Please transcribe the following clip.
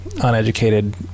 uneducated